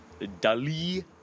Dali